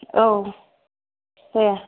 औ दे